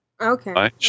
Okay